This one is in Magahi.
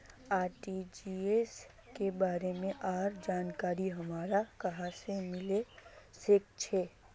आर.टी.जी.एस के बारे में आर जानकारी हमरा कहाँ से मिलबे सके है?